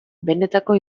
benetako